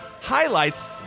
highlights